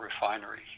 refinery